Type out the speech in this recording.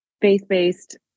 faith-based